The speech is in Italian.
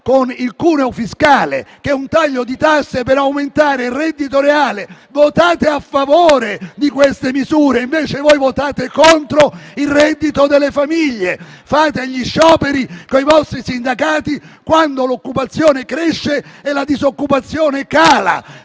con il cuneo fiscale, che è finalizzato ad aumentare il reddito reale. Votate a favore di queste misure! Voi, invece, votate contro il reddito delle famiglie e fate gli scioperi con i vostri sindacati quando l'occupazione cresce e la disoccupazione cala.